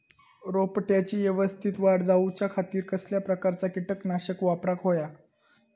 रोपट्याची यवस्तित वाढ जाऊच्या खातीर कसल्या प्रकारचा किटकनाशक वापराक होया?